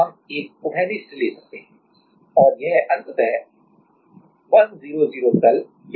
हम एक उभयनिष्ठ ले सकते हैं और यह अंततः 1 0 0 तल या a 0 0 तल है